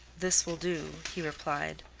this will do, he replied.